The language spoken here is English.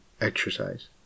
exercise